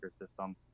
system